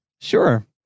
Sure